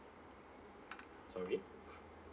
sorry